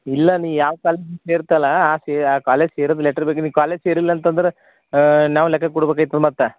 ಇಲ್ಲ ನೀ ಯಾವ ಕಾಲೇಜ್ ಸೇರ್ತಲಾ ಆ ಸೇ ಆ ಕಾಲೇಜ್ ಸೇರಿದ ಲೆಟ್ರ್ ಬೇಕು ನೀ ಕಾಲೇಜ್ ಸೇರಿಲ್ಲಂತಂದ್ರ ನಾವು ಲೆಕ್ಕ ಕೊಡ್ಬೇಕಾಯ್ತದ ಮತ್ತು